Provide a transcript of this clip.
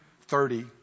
thirty